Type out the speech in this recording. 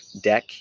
deck